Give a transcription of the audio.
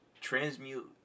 Transmute